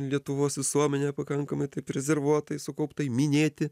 lietuvos visuomenę pakankamai taip rezervuotai sukauptai minėti